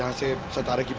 to satara?